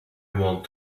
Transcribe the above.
want